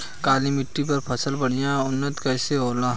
काली मिट्टी पर फसल बढ़िया उन्नत कैसे होला?